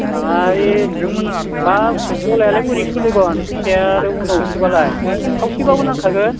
नाङा एह बाब गलायालाय बोरै सोलिगोन फैसाया आरो उनावसोबालाय खावसेबाबो नांखागोन